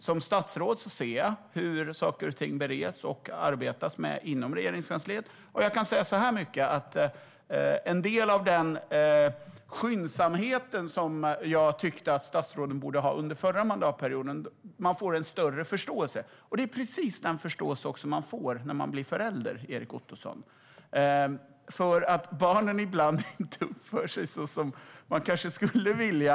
Som statsråd ser jag hur saker och ting bereds och arbetas med inom Regeringskansliet, och jag kan säga att man får en större förståelse, även om jag under den förra mandatperioden tyckte att statsråden borde visa skyndsamhet. Det är precis samma förståelse som man får när man blir förälder, Erik Ottoson, för att barnen ibland inte uppför sig så som man kanske skulle vilja.